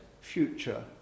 future